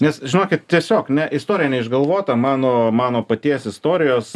nes žinokit tiesiog ne istorija neišgalvota mano mano paties istorijos